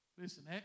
Listen